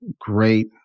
Great